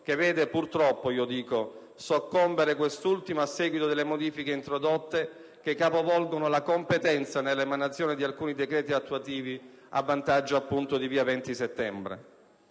che vede, purtroppo, soccombere quest'ultimo a seguito delle modifiche introdotte, che capovolgono la competenza nell'emanazione di alcuni decreti attuativi a vantaggio, appunto, del Dicastero